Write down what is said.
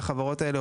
לחברות האלה,